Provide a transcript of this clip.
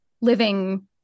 living